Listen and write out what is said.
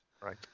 Right